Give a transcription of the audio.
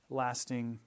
lasting